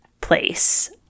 place